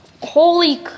Holy